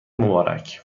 مبارک